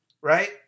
right